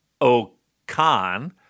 Okan